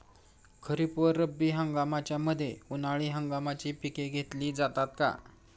खरीप व रब्बी हंगामाच्या मध्ये उन्हाळी हंगामाची पिके घेतली जातात का?